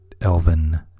Elvin